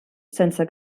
sense